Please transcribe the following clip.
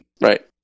Right